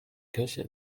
kirche